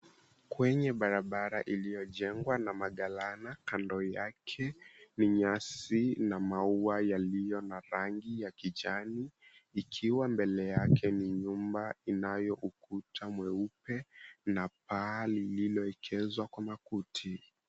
Kwenye barabara iliyojengwa na magalana kando yake ni nyasi na maua yaliyo na rangi ya kijani, ikiwa mbele yake ni nyumba inayo na kuta mweupe na paa lililoekezwa kwa makuti.